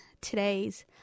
today's